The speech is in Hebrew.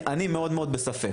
אני מאוד בספק,